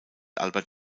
albert